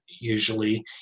usually